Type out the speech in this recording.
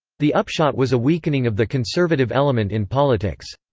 the upshot was a weakening of the conservative element in politics.